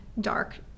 dark